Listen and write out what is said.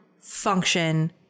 function